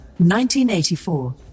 1984